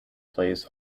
plays